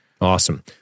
Awesome